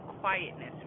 quietness